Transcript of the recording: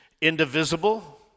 indivisible